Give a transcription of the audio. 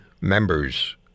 members